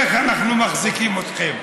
איך אנחנו מחזיקים אתכם,